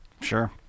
sure